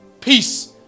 peace